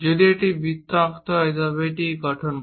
যদি একটি বৃত্ত আঁকতে হয় তবে এটি গঠন করে